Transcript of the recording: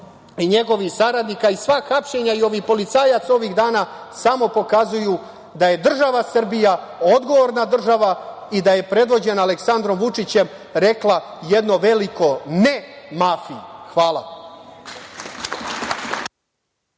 i njegovih saradnika i sva hapšenja i ovih policajaca ovih dana samo pokazuju da je država Srbija odgovorna država i da je predvođena Aleksandrom Vučićem rekla jedno veliko ne mafiji. Hvala.